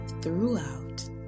throughout